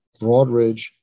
Broadridge